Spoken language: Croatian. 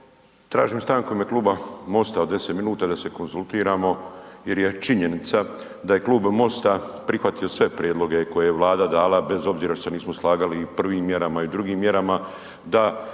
Tražim stanku u ime kluba MOST-a od 10 minuta da se konzultiramo jer je činjenica da je klub MOST-a prihvatio sve prijedloge koje je Vlada dala, bez obzira što se nismo slagali i prvim mjerama i u drugim mjerama, da